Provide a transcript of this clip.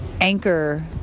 anchor